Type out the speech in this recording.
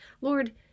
Lord